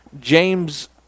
James